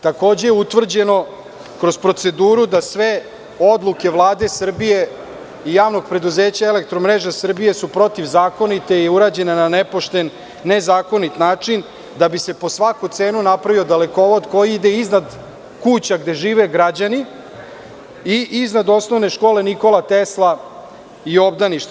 Takođe je utvrđeno, kroz proceduru, da su sve odluke Vlade Srbije i JP „Elektromreža Srbije“ protivzakonite i urađene na nepošten i nezakonit način, kako bi se po svaku cenu napravio dalekovod koji ide iznad kuća građana i iznad osnovne škole „Nikola Tesla“ i obdaništa.